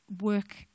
work